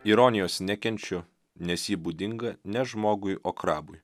ironijos nekenčiu nes ji būdinga ne žmogui o krabui